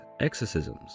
exorcisms